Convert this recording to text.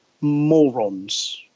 morons